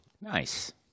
Nice